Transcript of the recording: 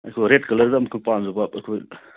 ꯑꯩꯈꯣꯏ red coloured ꯑꯃꯈꯛ ꯄꯥꯝꯖꯕ ꯑꯩꯈꯣꯏ